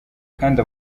kandi